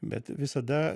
bet visada